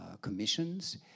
commissions